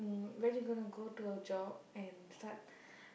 when you gonna go to job and start